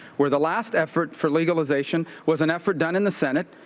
where the last effort for legalization was an effort done in the senate.